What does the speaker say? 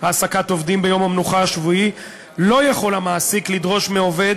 העסקת עובדים ביום המנוחה השבועי לא יכול המעסיק לדרוש מעובד